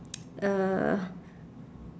uh